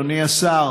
אדוני השר,